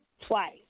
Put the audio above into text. twice